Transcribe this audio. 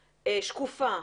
שקופה,